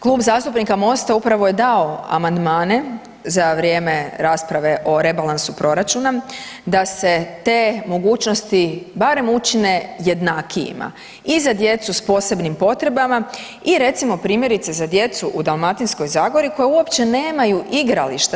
Klub zastupnika Mosta upravo je dao amandmane za vrijeme rasprave o Rebalansu proračuna da se te mogućnosti barem učine jednakijima i za djecu s posebnim potrebama i recimo primjerice za djecu u Dalmatinskoj zagori koja uopće nemaju igrališta.